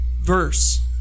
verse